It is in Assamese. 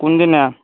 কোনদিনা